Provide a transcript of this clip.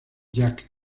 jack